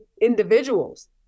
individuals